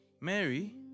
Mary